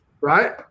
Right